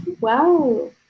Wow